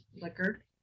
liquor